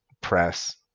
press